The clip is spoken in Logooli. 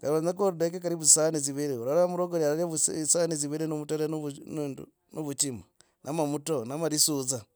kari wenyako odeke karibu dzisahani dziviri orarora muraguri araria osahani dziviri nomutere navuchima ama mutau lisudza.